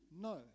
No